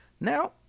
Now